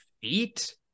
feet